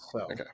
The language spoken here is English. Okay